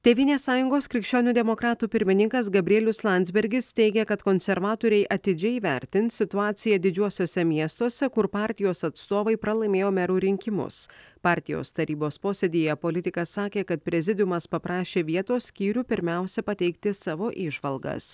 tėvynės sąjungos krikščionių demokratų pirmininkas gabrielius landsbergis teigia kad konservatoriai atidžiai įvertins situaciją didžiuosiuose miestuose kur partijos atstovai pralaimėjo merų rinkimus partijos tarybos posėdyje politikas sakė kad prezidiumas paprašė vietos skyrių pirmiausia pateikti savo įžvalgas